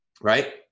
right